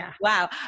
Wow